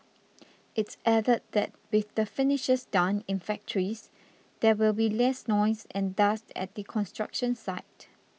it's added that with the finishes done in factories there will be less noise and dust at the construction site